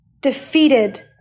defeated